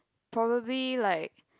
probably like